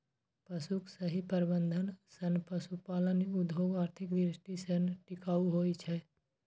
पशुक सही प्रबंधन सं पशुपालन उद्योग आर्थिक दृष्टि सं टिकाऊ होइ छै